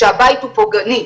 כשהבית הוא פוגעני,